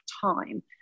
time